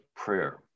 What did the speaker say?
Prayer